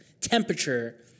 temperature